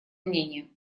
мнения